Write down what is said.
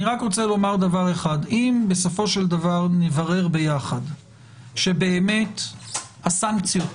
אם בסופו של דבר נברר ביחד שבאמת הסנקציות